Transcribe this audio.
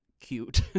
cute